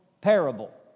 parable